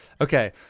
Okay